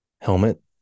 helmet